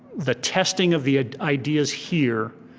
the testing of the ideas here